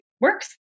works